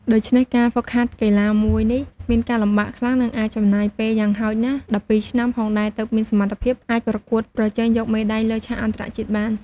ដូច្នេះការហ្វឹកហាត់កីឡាមួយនេះមានការលំបាកខ្លាំង និងអាចចំណាយពេលយ៉ាងហោចណាស់ ១២ឆ្នាំ ផងដែរទើបមានសមត្ថភាព អាចប្រកួតប្រជែងយកមេដៃលើឆាកអន្តរជាតិបាន។